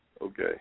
Okay